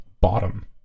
bottom